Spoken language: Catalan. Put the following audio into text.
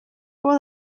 por